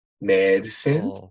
Medicine